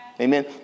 Amen